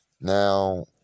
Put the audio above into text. Now